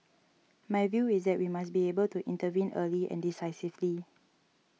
my view is that we must be able to intervene early and decisively